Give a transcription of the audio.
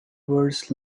words